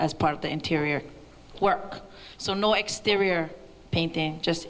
as part of the interior work so no exterior painting just